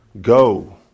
Go